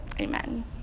amen